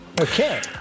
Okay